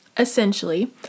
Essentially